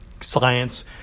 science